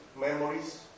memories